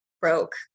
broke